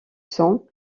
sont